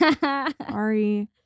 Sorry